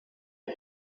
nta